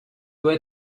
doit